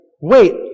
Wait